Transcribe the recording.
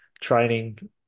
training